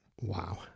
Wow